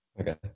Okay